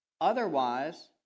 Otherwise